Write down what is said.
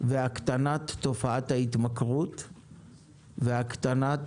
הקטנת תופעת ההתמכרות, והקטנת